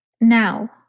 Now